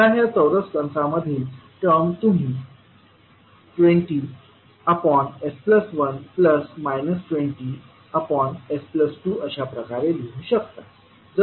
आता ह्या चौरस कंसातील टर्म तुम्ही 20s1 20s2अशाप्रकारे लिहू शकता